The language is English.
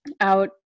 out